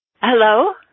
Hello